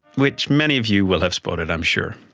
which many of you will have spotted i'm sure.